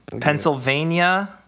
Pennsylvania